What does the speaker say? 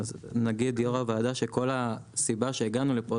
נגיד יו"ר הוועדה הסיבה שהגענו לפה.